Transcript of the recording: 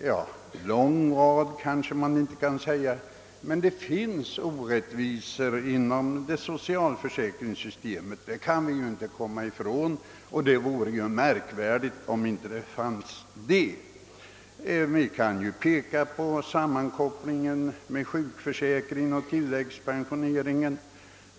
en lång rad men dock orättvisor inom socialförsäkringssystemet. Det kan man inte komma ifrån, och det vore också märkvärdigt om det inte fanns orättvisor. Vi kan peka på sammankopplingen av sjukförsäkring och tilläggspensionering.